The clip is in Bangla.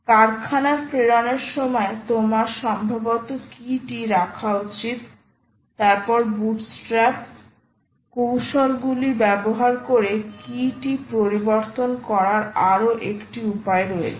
কারখানার প্রেরণের সময় তোমার সম্ভবত কীটি রাখা উচিত তারপরে বুটস্ট্র্যাপ কৌশলগুলি ব্যবহার করে কী টি পরিবর্তন করার আরও একটি উপায় রয়েছে